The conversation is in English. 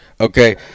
Okay